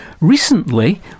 Recently